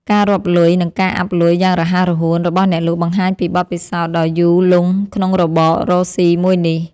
ការរាប់លុយ និងការអាប់លុយយ៉ាងរហ័សរហួនរបស់អ្នកលក់បង្ហាញពីបទពិសោធន៍ដ៏យូរលង់ក្នុងរបររកស៊ីមួយនេះ។